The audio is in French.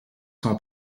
son